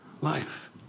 Life